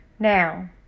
Now